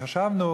חשבנו